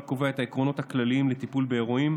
הנוהל קובע את העקרונות הכלליים לטיפול באירועים